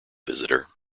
visitor